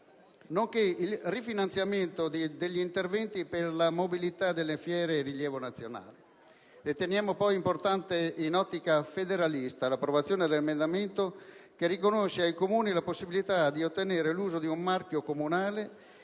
nonché il rifinanziamento degli interventi per la mobilità nelle fiere di rilievo nazionale. Riteniamo anche importante, in un'ottica federalista, l'approvazione dell'emendamento 11.305 che riconosce ai Comuni la possibilità di ottenere l'uso di un marchio comunale